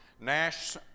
Nash